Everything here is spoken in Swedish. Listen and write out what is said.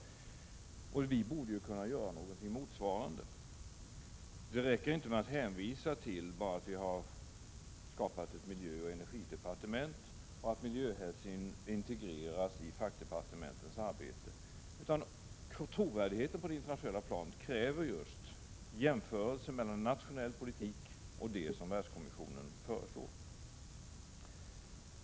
Vi borde ju kunna göra någonting motsvarande. Det räcker inte med att bara hänvisa till att vi har skapat ett miljöoch energidepartement och till att miljöhänsynen integreras i fackdepartementets arbete. Trovärdigheten på det internationella planet kräver just jämförelser mellan nationell politik och Världskommissionens förslag.